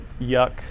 yuck